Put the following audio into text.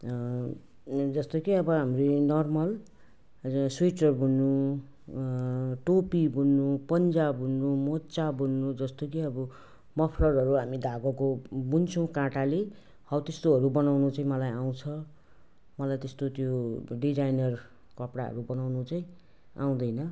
जस्तो कि अब हामी नर्मल स्वेटर बुन्नु टोपी बुन्नु पन्जा बुन्नु मोजा बुन्नु जस्तो कि अब मफलरहरू हामी धागोको बुन्छौँ काँटाले हो त्यस्तोहरू बनाउनु चाहिँ मलाई आउँछ मलाई त्यस्तो त्यो डिजाइनर कपडाहरू बनाउनु चाहिँ आउँदैन